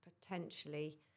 potentially